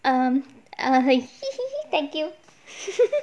mm err he he he thank you